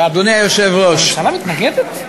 אדוני היושב-ראש, הממשלה מתנגדת?